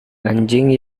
anjing